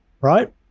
right